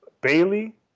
Bailey